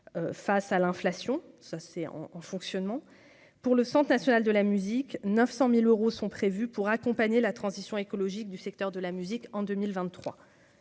face à l'inflation, ça c'est en en fonctionnement pour le Centre national de la musique 900000 euros sont prévus pour accompagner la transition écologique du secteur de la musique en 2023